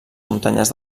muntanyes